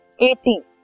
18